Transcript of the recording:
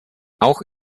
auch